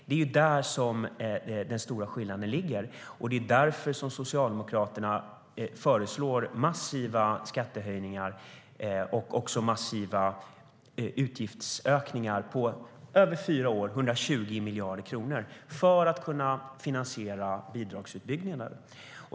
Det är därför som Socialdemokraterna föreslår massiva skattehöjningar och massiva utgiftsökningar över fyra år på 120 miljarder kronor för att kunna finansiera bidragsutbyggnaden.